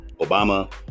Obama